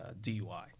DUI